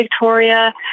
Victoria